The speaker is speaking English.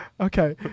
Okay